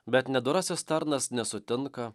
bet nedorasis tarnas nesutinka